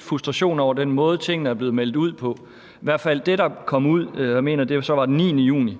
frustration over den måde, tingene er blevet meldt ud på. I det, der blev meldt ud